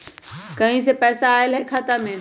कहीं से पैसा आएल हैं खाता में?